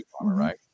right